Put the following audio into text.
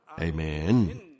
Amen